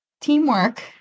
Teamwork